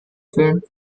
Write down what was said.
fühlen